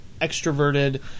extroverted